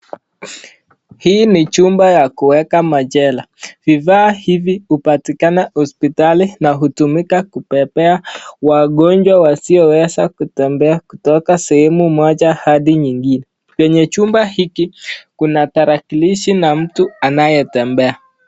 Hii ni chumba ya kuweka machela vifaa hivi hupatikana hospitali na hutumika kubebea wagonjwa wasioweza kutembea kutoka sehemu moja hadi nyingine kwenye chumba hiki kuna tarakilishi na mtu anatembea.